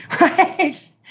Right